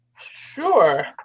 Sure